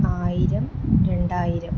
ആയിരം രണ്ടായിരം